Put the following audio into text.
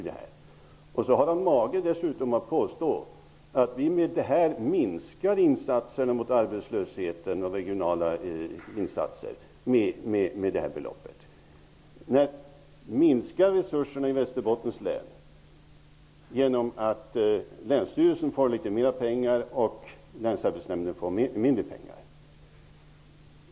Dessutom har han mage att påstå att vi minskar insatserna mot arbetslösheten och regionala insatser med det här beloppet. Minskar resurserna i Västerbottens län genom att länsstyrelsen får litet mer pengar och att länsarbetsnämnden får mindre pengar?